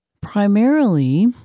Primarily